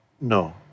No